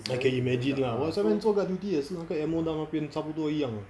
I can imagine lah 我 sometimes 做 guard duty 也是那个 ammo dump 那边差不多一样